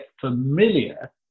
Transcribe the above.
familiar